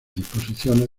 disposiciones